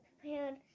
prepared